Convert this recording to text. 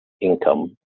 income